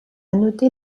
noter